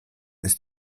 ist